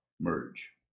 merge